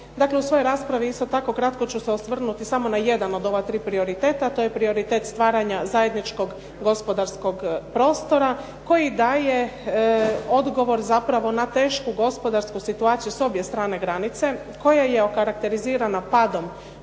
Dakle, u svojoj raspravi kratko ću se osvrnuti samo na jedan od ovih tri prioriteta, to je prioritet stvaranja zajedničkog gospodarskog prostora koji daje odgovor na tešku gospodarsku situaciju s obje strane granice, koja je okarakterizirana padom